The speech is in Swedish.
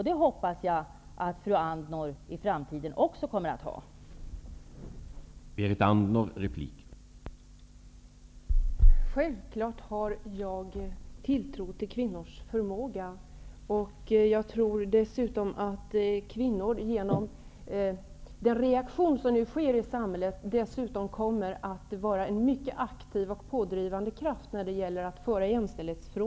Det hoppas jag att fru Andnor också kommer att ha i framtiden.